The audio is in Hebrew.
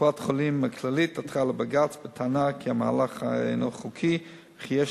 קופת-חולים "כללית" עתרה לבג"ץ בטענה כי המהלך אינו חוקי וכי יש